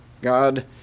God